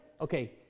Okay